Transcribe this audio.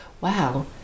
wow